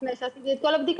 לפני שעשיתי את כל הבדיקה,